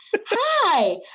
Hi